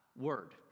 word